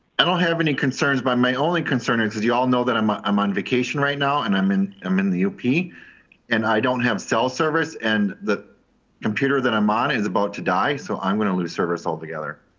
i don't have any concerns but my only concern is because y'all know that i'm ah i'm on vacation right now and i'm in i'm in the lp and i don't have cell service and the computer that i'm on is about to die. so i'm gonna lose service altogether.